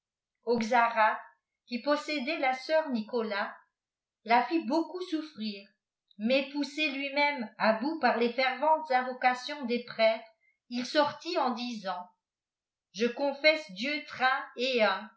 qui possédait la sœur saint-nicolas la fit beaucoup souffrir mais poussé lui-même bout par les ferventes invocations des prêtres il sortit en disait je confesse dieu trin et un